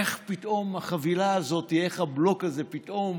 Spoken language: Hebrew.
איך פתאום החבילה הזאת, איך הבלוק הזה פתאום